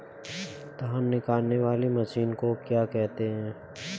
धान निकालने वाली मशीन को क्या कहते हैं?